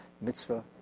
mitzvah